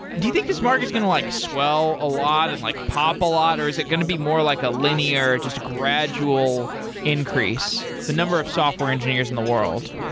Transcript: do you think this market's going to like swell a lot and like pop a lot, or is it going to be more like a linear, just gradual increase the number of software engineers in the world?